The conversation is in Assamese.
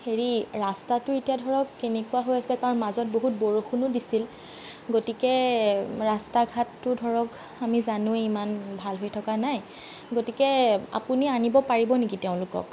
হেৰি ৰাস্তাটো এতিয়া ধৰক কেনেকুৱা হৈ আছে কাৰণ মাজত বহুত বৰষুণো দিছিল গতিকে ৰাস্তা ঘাটটো ধৰক আমি জানোৱেই ইমান ভাল হৈ থকা নাই গতিকে আপুনি আনিব পাৰিব নেকি তেওঁলোকক